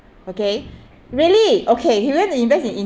okay really okay he went to invest in